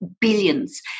billions